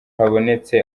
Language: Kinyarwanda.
habonetse